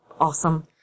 awesome